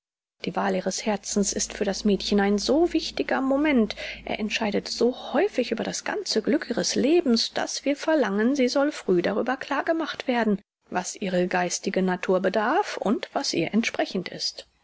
die wahl ihres herzens ist für das mädchen ein so wichtiger moment er entscheidet so häufig über das ganze glück ihres lebens daß wir verlangen sie soll früh darüber klar gemacht werden was ihre geistige natur bedarf und was ihr entsprechend ist